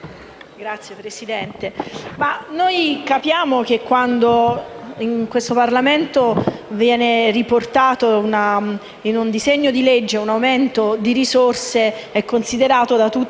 Signor Presidente, noi capiamo che, quando in questo Parlamento viene riportato in un disegno di legge un aumento di risorse, questo è considerato da tutti